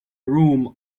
room